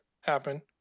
happen